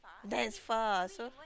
that's far so